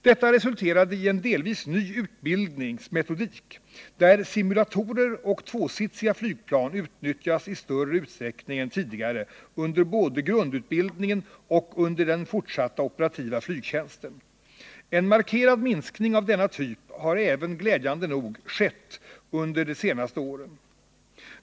Detta resulterade i en delvis ny utbildningsmetodik, där simulatorer och tvåsitsiga flygplan utnyttjas i större utsträckning än tidigare under både grundutbildningen och den fortsatta operativa flygtjänsten. En markerad minskning av denna typ av haverier har glädjande nog skett under de senaste åren.